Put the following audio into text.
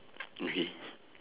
okay